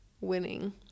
winning